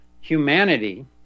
humanity